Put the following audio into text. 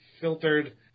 filtered